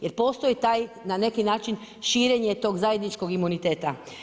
Jer postoji taj, na neki način, širenje tog zajedničkog imuniteta.